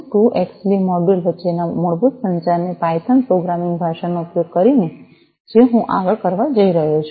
2 X B module વચ્ચેના મૂળભૂત સંચારને પાયથોન પ્રોગ્રામિંગ ભાષાનો ઉપયોગ કરીને જે હું આગળ કરવા જઈ રહ્યો છું